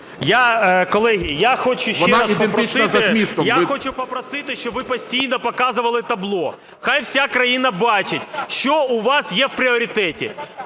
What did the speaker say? Колеги, я хочу попросити, щоб ви постійно показували табло. Хай вся країна бачить, що у вас є в пріоритеті: